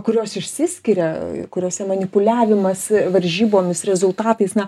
kurios išsiskiria kuriose manipuliavimas varžybomis rezultatais na